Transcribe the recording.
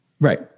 Right